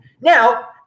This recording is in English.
Now